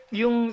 yung